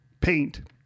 paint